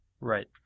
Right